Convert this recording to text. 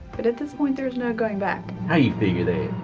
but at this point, there's no going back. how you figure that?